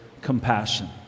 compassion